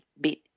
bit